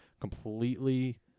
completely